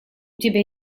тебя